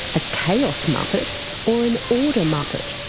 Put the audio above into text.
a chaos muppet or an order muppet?